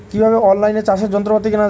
কিভাবে অন লাইনে চাষের যন্ত্রপাতি কেনা য়ায়?